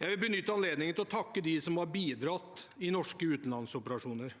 Jeg vil benytte anledningen til å takke dem som har bidratt i norske utenlandsoperasjoner.